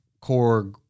core